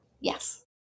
Yes